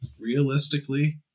realistically